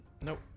Nope